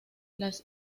las